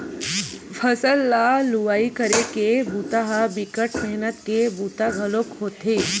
फसल ल लुवई करे के बूता ह बिकट मेहनत के बूता घलोक होथे